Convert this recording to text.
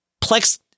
Plex